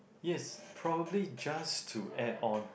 yes probably just to add on